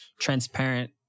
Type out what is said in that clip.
transparent